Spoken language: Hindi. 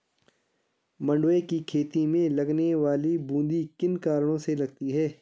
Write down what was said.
मंडुवे की खेती में लगने वाली बूंदी किन कारणों से लगती है?